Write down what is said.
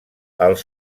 els